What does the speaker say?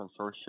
consortium